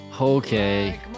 Okay